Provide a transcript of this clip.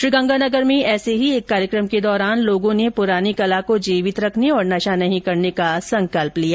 श्रीगंगानगर में ऐसे ही एक कार्यक्रम के दौरान लोगों ने पुरानी कला को जीवित रखने और नशा नहीं करने का संकल्प लिया